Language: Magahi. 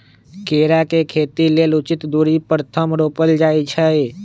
केरा के खेती लेल उचित दुरी पर थम रोपल जाइ छै